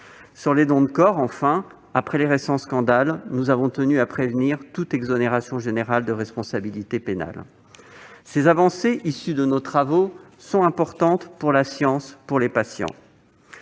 Sur les dons de corps, enfin, après les récents scandales, nous avons tenu à prévenir toute exonération générale de responsabilité pénale. Ces avancées issues de nos travaux sont importantes pour la science, pour les patients.